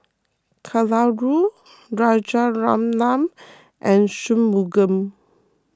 Kalluri Rajaratnam and Shunmugam